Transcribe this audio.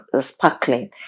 sparkling